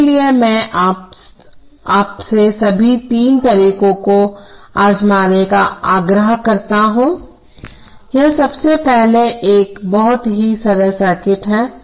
इसलिएमैं आपसे सभी तीन तरीकों को आजमाने का आग्रह करता हूं यह सबसे पहले एक बहुत ही सरल सर्किट है